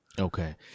Okay